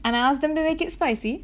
and asked them to make it spicy